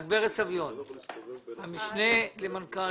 גברת סביון, בבקשה, המשנה למנהל